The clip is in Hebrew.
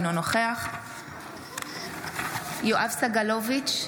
אינו נוכח יואב סגלוביץ'